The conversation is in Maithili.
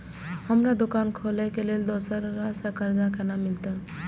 हमरा दुकान खोले के लेल दूसरा से कर्जा केना मिलते?